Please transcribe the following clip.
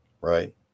Right